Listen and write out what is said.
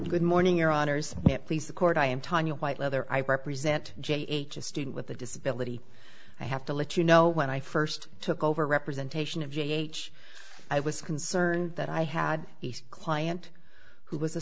good morning your honour's it please the court i am tonya white leather i represent j h a student with a disability i have to let you know when i first took over representation of j h i was concerned that i had each client who was a